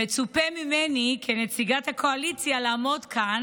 מצופה ממני כנציגת הקואליציה לעמוד כאן